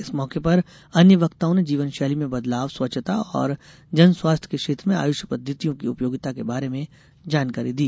इस मौके पर अन्य वक्ताओं ने जीवन शैली में बदलाव स्वच्छता और जन स्वास्थ्य के क्षेत्र में आयुष पद्धतियों की उपयोगिता के बारे में जानकारी दी